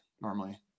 normally